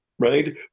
right